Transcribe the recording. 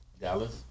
Dallas